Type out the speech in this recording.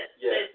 Yes